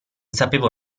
sapevo